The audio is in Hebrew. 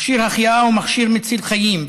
מכשיר החייאה הוא מכשיר מציל חיים,